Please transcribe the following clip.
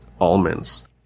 almonds